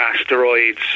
asteroids